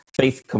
faith